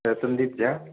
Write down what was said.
sir Sandeep Jha